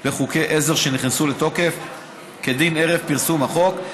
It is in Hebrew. לחוקי עזר שנכנסו לתוקף כדין ערב פרסום החוק,